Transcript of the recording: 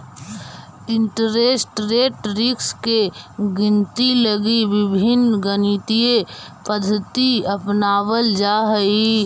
interest rate risk के गिनती लगी विभिन्न गणितीय पद्धति अपनावल जा हई